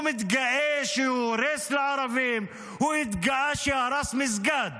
הוא מתגאה שהוא הורס לערבים, הוא התגאה שהרס מסגד